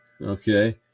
okay